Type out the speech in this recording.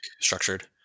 structured